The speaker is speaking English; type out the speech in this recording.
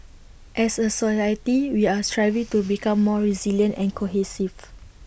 as A society we are striving to become more resilient and cohesive